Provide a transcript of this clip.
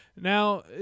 Now